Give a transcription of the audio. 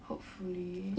hopefully